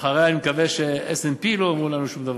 ואחריה אני מקווה ש-S&P לא יאמרו לנו שום דבר,